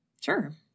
Sure